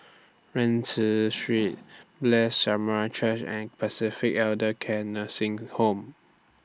Rienzi Street Blessed Church and Pacific Elder Care Nursing Home